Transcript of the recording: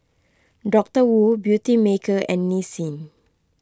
Doctor Wu Beautymaker and Nissin